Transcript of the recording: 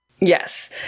Yes